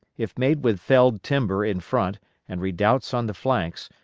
if made with felled timber in front and redoubts on the flanks,